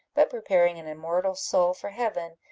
but preparing an immortal soul for heaven,